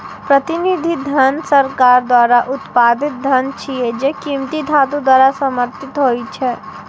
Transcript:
प्रतिनिधि धन सरकार द्वारा उत्पादित धन छियै, जे कीमती धातु द्वारा समर्थित होइ छै